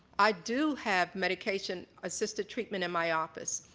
i do have medication assisted treatment in my office.